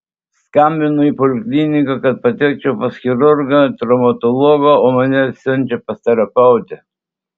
skambinu į polikliniką kad patekčiau pas chirurgą traumatologą o mane siunčia pas terapeutę